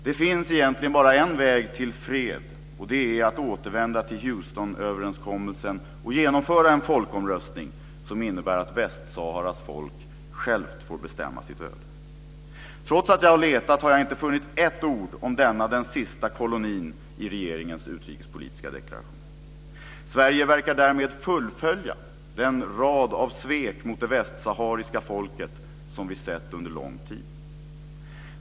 Det finns egentligen bara en väg till fred, och det är att återvända till Houstonöverenskommelsen och genomföra en folkomröstning som innebär att Västsaharas folk självt får bestämma sitt öde. Trots att jag letat har jag inte funnit ett ord om denna den sista kolonin i regeringens utrikespolitiska deklaration. Sverige verkar därmed fullfölja den rad av svek mot det västsahariska folket som vi sett under lång tid.